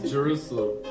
Jerusalem